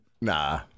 Nah